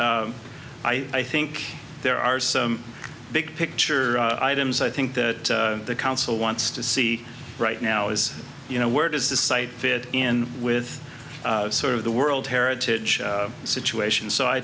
i think there are some big picture items i think that the council wants to see right now as you know where does this site fit in with sort of the world heritage situation so i